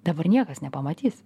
dabar niekas nepamatys